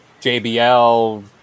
JBL